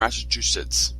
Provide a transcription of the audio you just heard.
massachusetts